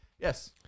Yes